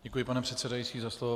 Děkuji, pane předsedající, za slovo.